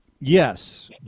Yes